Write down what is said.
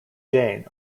jane